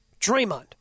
Draymond